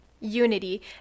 unity